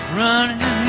running